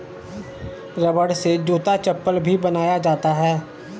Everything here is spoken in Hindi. रबड़ से जूता चप्पल भी बनाया जाता है